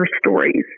stories